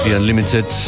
Unlimited